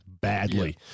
badly